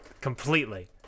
completely